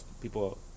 People